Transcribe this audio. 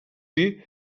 dir